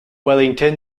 wellington